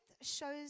shows